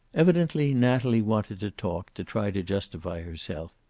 evidently natalie wanted to talk, to try to justify herself.